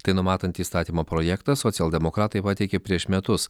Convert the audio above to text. tai numatantį įstatymo projektą socialdemokratai pateikė prieš metus